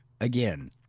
Again